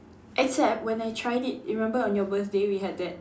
except when I tried it you remember on your birthday we had that